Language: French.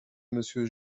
monsieur